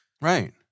Right